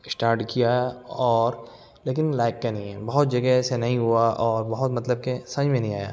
start کیا اور لیکن لائق کے نہیں ہیں بہت جگہ ایسا نہیں ہوا اور بہت مطلب کہ سمجھ میں نہیں آیا